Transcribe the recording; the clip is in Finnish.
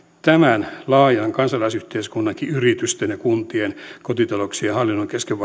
tämän laajan tiekartan joka valmisteltaisiin kansalaisyhteiskunnankin yritysten ja kuntien kotitalouksien ja hallinnon kesken